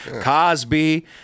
Cosby